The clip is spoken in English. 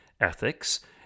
ethics